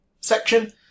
section